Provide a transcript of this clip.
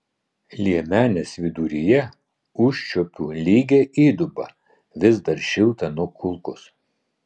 liemenės viduryje užčiuopiu lygią įdubą vis dar šiltą nuo kulkos